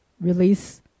release